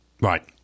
Right